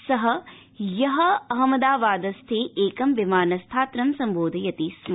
स हय अहमदाबादस्थे एक विमानस्थात्रं सम्बोधयति स्म